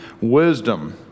wisdom